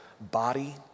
body